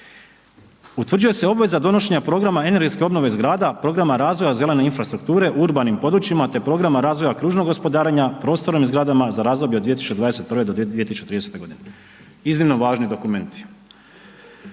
utvrđuje se obveza donošenja programa energetske obnove zgrada, programa razvoja zelene infrastrukture u urbanim područjima, te programa razvoja kružnog gospodarenja prostorom i zgradama za razdoblje od 2021. do 2030.g., iznimno važni dokumenti,